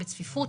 בצפיפות,